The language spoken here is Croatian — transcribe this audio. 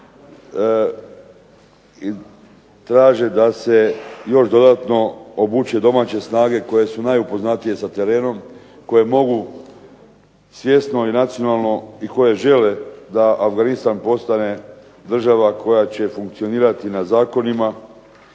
i traže da se još dodatno obuče domaće snage koje su najupoznatije sa terenom, koje mogu svjesno i nacionalno i koje žele da Afganistan postane država koja će funkcionirati na zakonima,